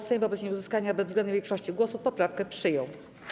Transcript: Sejm wobec nieuzyskania bezwzględnej większości głosów poprawkę przyjął.